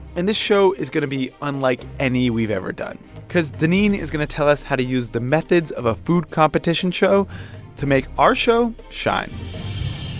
and this show is going to be unlike any we've ever done because doneen is going to tell us how to use the methods of a food competition show to make our show shine